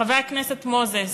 חבר הכנסת מוזס,